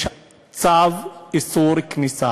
יש צו איסור כניסה.